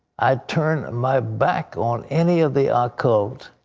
i turn my back on any of the occult,